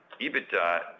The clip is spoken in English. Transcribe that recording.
EBITDA